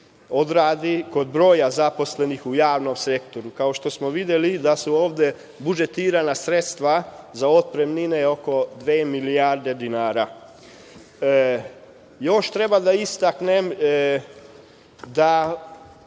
odradi kod broja zaposlenih u javnom sektoru, kao što smo videli da su ovde budžetirala sredstva za otpremnine oko dve milijarde dinara. Još treba da istaknem da